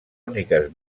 úniques